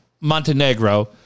Montenegro